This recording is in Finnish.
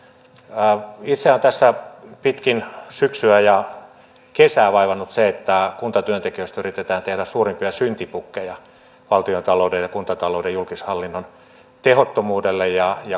itseäni on tässä pitkin syksyä ja kesää vaivannut se että kuntatyöntekijöistä yritetään tehdä suurimpia syntipukkeja valtiontalouden ja kuntatalouden julkishallinnon tehottomuuteen ja kustannusrakenteeseen